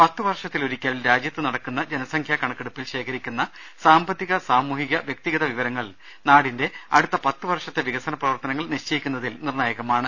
പത്തു വർഷത്തിലൊരിക്കൽ രാജ്യത്ത് നടക്കുന്ന ജനസംഖ്യാ കണക്കെടുപ്പിൽ ശേഖരിക്കുന്ന സാമ്പത്തി ക സാമൂഹ്യ വൃക്തിഗത വിവരങ്ങൾ നാടിന്റെ അടുത്ത പത്തു വർഷത്തെ വികസന പ്രവർത്തനങ്ങൾ നിശ്ചയിക്കുന്നതിൽ നിർണാ യകമാണ്